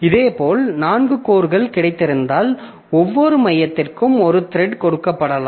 இதேபோல் நான்கு கோர்கள் கிடைத்திருந்தால் ஒவ்வொரு மையத்திற்கும் ஒரு த்ரெட் கொடுக்கப்படலாம்